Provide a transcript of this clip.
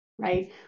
Right